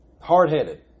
hard-headed